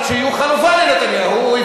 כדי שיהיו חלופה לנתניהו.